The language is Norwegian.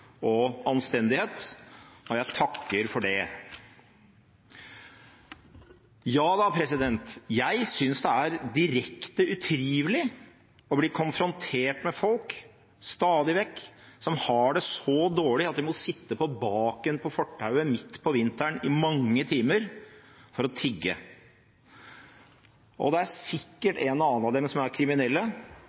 og anstendighet, og jeg takker for det. Ja da, jeg synes det er direkte utrivelig stadig vekk å bli konfrontert med folk som har det så dårlig at de må sitte på baken på fortauet midt på vinteren i mange timer for å tigge. Det er sikkert en og annen av dem som er kriminelle,